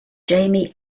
jamie